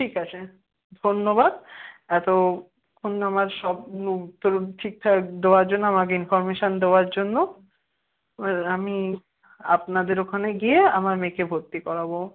ঠিক আছে ধন্যবাদ এতক্ষণ আমার সব উত্তর ঠিক ঠাক দেওয়ার জন্য আমাকে ইনফরমেশান দেওয়ার জন্য আমি আপনাদের ওখানে গিয়ে আমার মেয়েকে ভর্তি করাবো